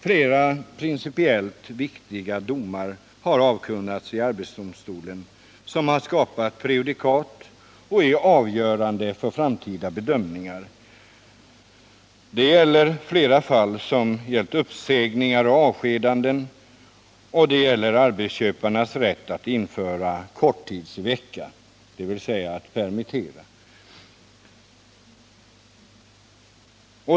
Flera principiellt viktiga domar har avkunnats i arbetsdomstolen vilka har skapat prejudikat och är avgörande för framtida bedömningar. Flera fall har gällt uppsägningar och avskedanden. Det gäller arbetsköparnas rätt att införa korttidsvecka, dvs. att permittera.